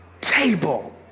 table